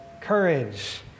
courage